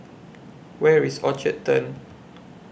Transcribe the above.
Where IS Orchard Turn